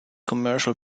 commercial